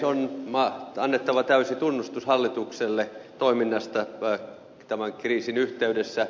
on annettava täysi tunnustus hallitukselle toiminnasta tämän kriisin yhteydessä